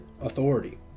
authority